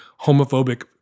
homophobic